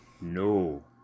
No